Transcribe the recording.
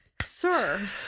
Sir